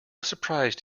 surprised